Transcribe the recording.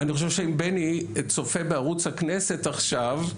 אני חושב שאם בני צופה בערוץ הכנסת עכשיו,